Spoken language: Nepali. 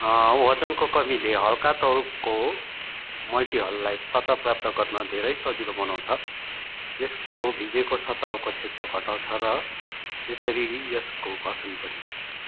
वजनको कमीले हल्का तौलको मल्टिहललाई सतह प्राप्त गर्न धेरै सजिलो बनाउँछ यसको भिजेको सतहको क्षेत्र घटाउँछ र यसरी यसको घर्षण पनि